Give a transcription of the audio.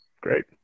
Great